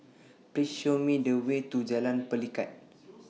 Please Show Me The Way to Jalan Pelikat